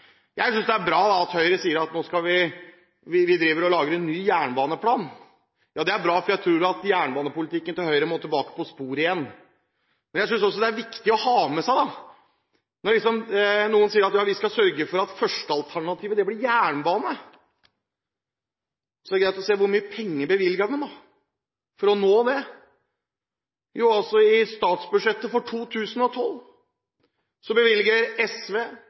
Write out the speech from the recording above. Jeg synes det er bra at Høyre sier at de nå lager en ny jernbaneplan, for jeg tror at jernbanepolitikken til Høyre må tilbake på sporet igjen. Jeg synes også det er viktig å ta med seg når noen sier at de skal sørge for at førstealternativet blir jernbane, at det er greit å se på hvor mye penger de bevilger for å oppnå det. I statsbudsjettet for 2012 bevilger SV,